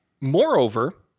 moreover